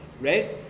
right